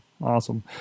Awesome